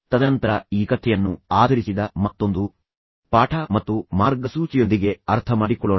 ತದನಂತರ ಈ ಕಥೆಯನ್ನು ಆಧರಿಸಿದ ಮತ್ತೊಂದು ಪಾಠ ಮತ್ತು ಮಾರ್ಗಸೂಚಿಯೊಂದಿಗೆ ಅರ್ಥಮಾಡಿಕೊಳ್ಳೋಣ